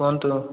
କୁହନ୍ତୁ